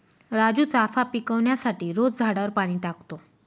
राजू चाफा पिकवण्यासाठी रोज झाडावर पाणी टाकतो